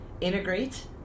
integrate